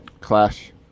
clash